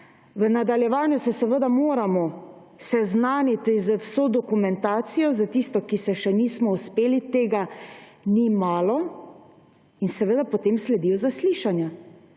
V nadaljevanju se seveda moramo seznaniti z vso dokumentacijo, s tisto, ki se še nismo uspeli, tega ni malo. In seveda potem sledijo zaslišanja.